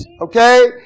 Okay